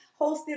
hosted